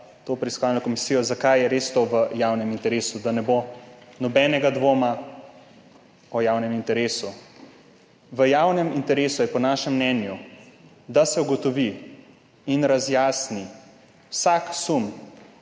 to preiskovalno komisijo, zakaj je to res v javnem interesu, da ne bo nobenega dvoma o tem. V javnem interesu je po našem mnenju, da se ugotovi in razjasni vsak sum